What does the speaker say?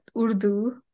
Urdu